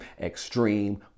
extreme